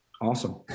Awesome